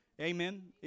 Amen